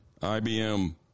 IBM